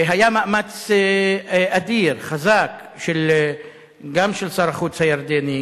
היה מאמץ אדיר גם של שר החוץ הירדני,